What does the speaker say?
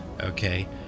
okay